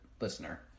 listener